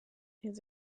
his